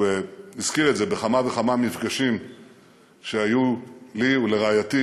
הוא הזכיר את זה בכמה וכמה מפגשים שהיו לי ולרעייתי